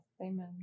Amen